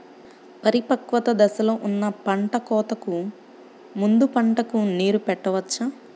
పరిపక్వత దశలో ఉన్న పంట కోతకు ముందు పంటకు నీరు పెట్టవచ్చా?